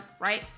right